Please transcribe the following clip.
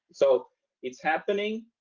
so it's happening.